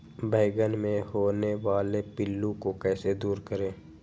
बैंगन मे होने वाले पिल्लू को कैसे दूर करें?